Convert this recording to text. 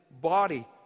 body